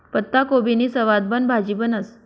पत्ताकोबीनी सवादबन भाजी बनस